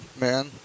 man